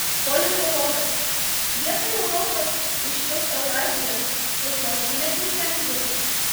politologas vietoj europos iškils eurazija su sostine prie temzės